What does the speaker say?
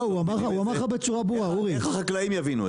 איך החקלאים יבינו את זה?